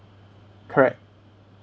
correct